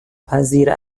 پذیر